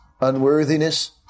unworthiness